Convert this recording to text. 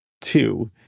two